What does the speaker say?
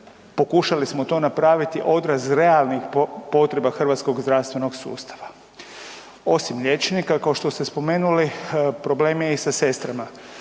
pokušali napraviti odraz realnih potreba hrvatskog zdravstvenog sustava. Osim liječnika kao što ste spomenuli, problem je i sa sestrama